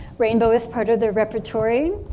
rainbow is part of their repertory.